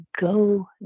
Go